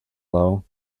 low